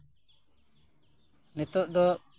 ᱱᱚᱤᱛᱳᱜ ᱫᱚ